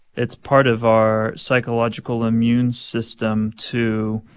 it's part of our psychological immune system to,